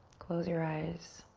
close your eyes.